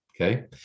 Okay